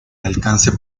alcance